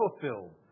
fulfilled